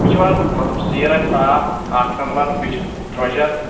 وُچھِو حظ مطلب سیٖر آسہِ صاف اکھ نَمبر بیٚیہِ چھُ درٛۅجر